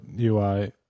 UI